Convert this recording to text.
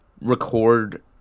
record